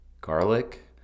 garlic